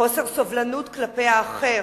בחוסר סובלנות כלפי האחר,